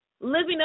Living